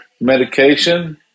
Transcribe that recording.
medication